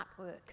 artwork